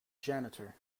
janitor